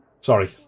Sorry